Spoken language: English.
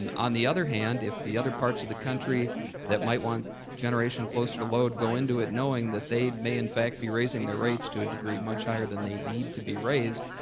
and on the other hand, if the other parts of the country that might want generation closer to load go into it knowing that they may in fact be raising their rates to a degree much higher than they need to be raised,